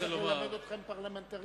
ללמד אתכם פרלמנטריזם,